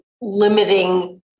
limiting